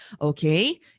Okay